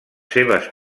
seves